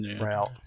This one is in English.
route